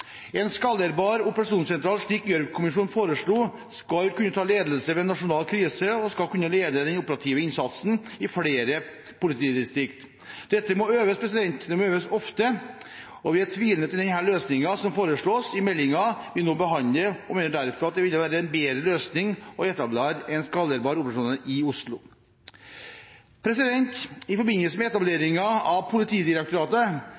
En skalerbar operasjonssentral, slik Gjørv kommisjonen foreslo, skal kunne ta ledelse ved en nasjonal krise og skal kunne lede den operative innsatsen i flere politidistrikt. Dette må øves, det må øves ofte, og vi er tvilende til den løsningen som foreslås i meldingen som vi nå behandler, og mener derfor at det ville være en bedre løsning å etablere en skalerbar operasjonssentral i Oslo. I forbindelse med